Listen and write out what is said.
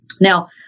Now